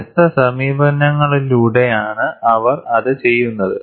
വ്യത്യസ്ത സമീപനങ്ങളിലൂടെയാണ് അവർ അത് ചെയ്യുന്നത്